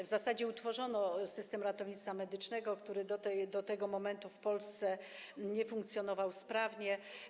W zasadzie utworzono system ratownictwa medycznego, który do tego momentu w Polsce nie funkcjonował sprawnie.